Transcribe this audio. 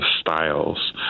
styles